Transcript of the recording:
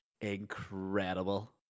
incredible